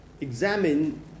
examine